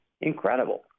incredible